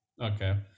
Okay